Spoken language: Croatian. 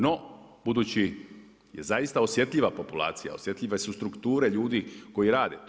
No, budući je zaista osjetljiva populacija, osjetljive su strukture ljudi koji rade to.